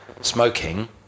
smoking